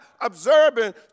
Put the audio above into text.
observing